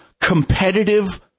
competitive